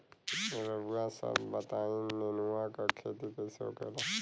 रउआ सभ बताई नेनुआ क खेती कईसे होखेला?